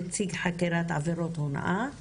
נציג חקירת עבירות הונאה,